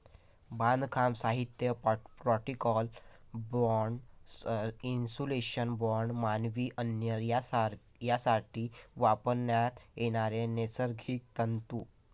बांधकाम साहित्य, particle board, insulation board, मानवी अन्न यासाठी वापरण्यात येणारे नैसर्गिक तंतू